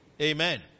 Amen